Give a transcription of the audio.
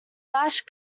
flash